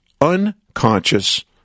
unconscious